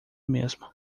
mesmo